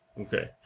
Okay